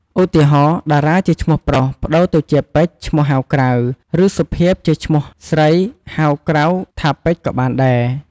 ឧទាហរណ៍ តារា ជាឈ្មោះប្រុស ប្តូរទៅជា ពេជ្យ ឈ្មោះហៅក្រៅ ឬ សុភាព ជាឈ្មោះស្រី ហៅក្រៅថា ពេជ្យ ក៏បានដែរ។